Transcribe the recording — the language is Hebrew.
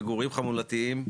מגורים חמולתיים,